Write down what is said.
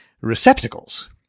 receptacles